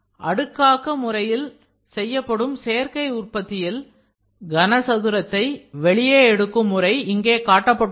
அடுக்காக முறையில் செய்யப்படும் சேர்க்கை உற்பத்தியில் கனசதுரத்தை வெளியே எடுக்கும் முறை இங்கே காட்டப்பட்டுள்ளது